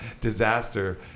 disaster